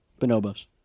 Bonobos